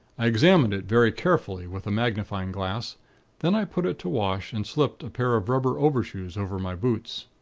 i examined it very carefully with a magnifying glass then i put it to wash, and slipped a pair of rubber overshoes over my boots.